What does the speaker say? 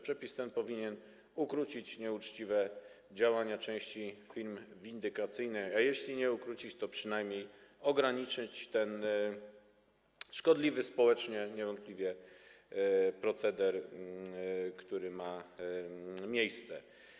Przepis ten powinien ukrócić nieuczciwe działania części firm windykacyjnych, a jeśli nie ukrócić, to przynajmniej ograniczyć ten niewątpliwie szkodliwy społecznie proceder, który ma miejsce.